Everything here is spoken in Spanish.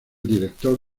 director